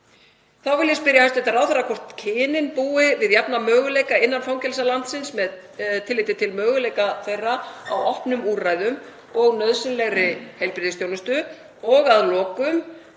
Þá vil ég spyrja hæstv. ráðherra hvort kynin búi við jafna möguleika innan fangelsa landsins með tilliti til möguleika þeirra á opnum úrræðum og nauðsynlegri heilbrigðisþjónustu og að lokum